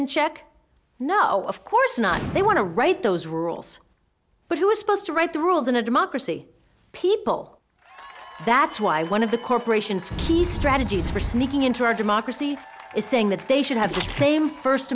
in check no of course not they want to write those rules but who is supposed to write the rules in a democracy people that's why one of the corporations key strategies for sneaking into our democracy is saying that they should have the same first